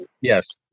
Yes